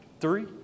Three